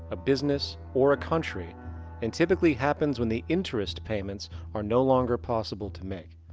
a business or a country and typically happens when the interest payments are no longer possible to make.